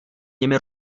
nimi